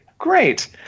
Great